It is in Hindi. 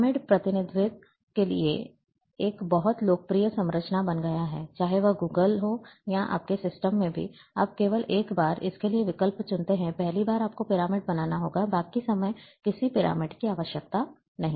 पिरामिड प्रतिनिधित्व के लिए एक बहुत लोकप्रिय संरचना बन गया है चाहे वह Google धरती हो या आपके सिस्टम में भी आप केवल एक बार इसके लिए विकल्प चुन सकते हैं पहली बार आपको पिरामिड बनाना होगा बाकी समय किसी पिरामिड की आवश्यकता नहीं है